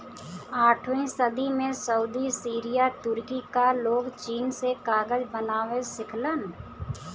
आठवीं सदी में सऊदी सीरिया तुर्की क लोग चीन से कागज बनावे सिखलन